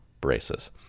braces